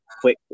quick